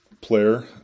player